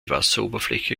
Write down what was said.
wasseroberfläche